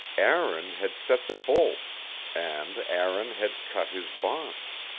aaron had set the bolt and aaron had cut his bonds.